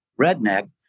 redneck